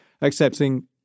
accepting